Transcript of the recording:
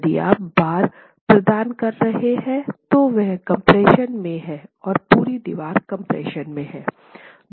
यदि आप बार प्रदान कर रहे हैं तो वह कम्प्रेशन में हैं और पूरी दीवार कम्प्रेशन में है